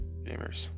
gamers